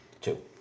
Two